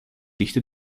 dichte